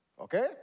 Okay